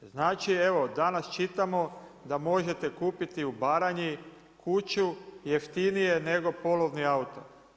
Znači evo danas čitamo da možete kupiti u Baranji kuću jeftinije nego polovni auto.